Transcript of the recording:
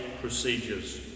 procedures